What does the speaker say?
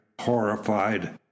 horrified